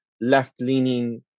left-leaning